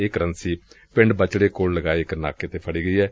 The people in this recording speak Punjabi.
ਇਹ ਕਰੰਸੀ ਪਿੰਡ ਬਚੜੇ ਕੋਲ ਲਗਾਏ ਗਏ ਇਕ ਨਾਕੇ ਤੋਂ ਫੜੀ ਗਈ ਏ